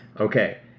Okay